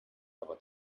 aber